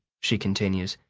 she continues,